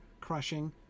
crushing